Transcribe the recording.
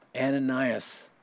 Ananias